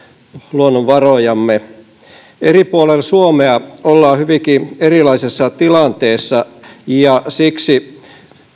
luonnonvarojamme eri puolilla suomea ollaan hyvinkin erilaisessa tilanteessa ja siksi